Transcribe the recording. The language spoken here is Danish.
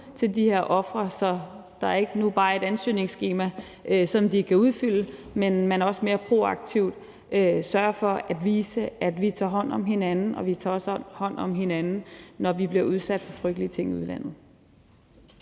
til de her ofre, så der ikke bare som nu er et ansøgningsskema, som de kan udfylde, men så man også mere proaktivt sørger for at vise, at vi tager hånd om hinanden, og at vi også tager hånd om hinanden, når vi bliver udsat for frygtelige ting i udlandet.